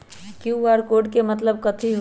QR code के मतलब कथी होई?